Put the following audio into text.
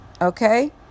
okay